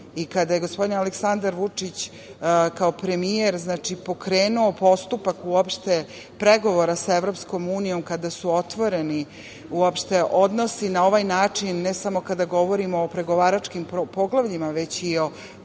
i kada je gospodin Aleksandar Vučić kao premijer pokrenuo postupak uopšte pregovora sa EU, kada su otvoreni uopšte odnosi na ovaj način, ne samo kada govorimo o pregovaračkim poglavljima, već i o